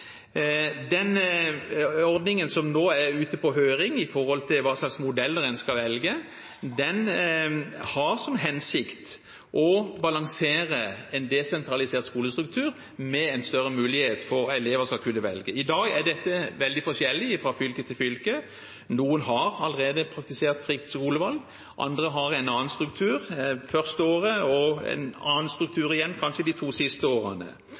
Den ordningen som nå er ute på høring, om hva slags modeller en skal velge, har som hensikt å balansere en desentralisert skolestruktur med en større mulighet for at elever skal kunne velge. I dag er dette veldig forskjellig fra fylke til fylke. Noen har allerede praktisert fritt skolevalg, andre har én struktur første året og en annen struktur – kanskje – de to siste årene.